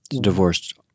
Divorced